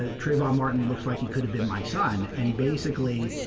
ah trayvon martin looks like he could have been my son, and basically,